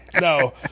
no